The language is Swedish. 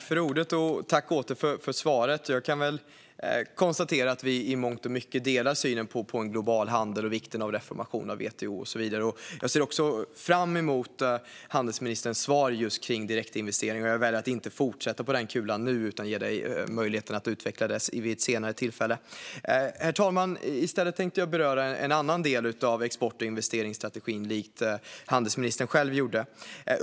Herr talman! Jag kan konstatera att ministern och jag i mångt och mycket delar synen på global handel och vikten av reformation av WTO. Jag ser också fram emot handelsministerns svar om direktinvesteringar. Jag väljer att inte fortsätta på den kulan nu utan ger ministern möjlighet att utveckla detta vid ett senare tillfälle. I stället tänkte jag beröra en annan del av export och investeringsstrategin.